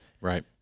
right